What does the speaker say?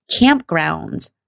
campgrounds